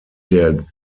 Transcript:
der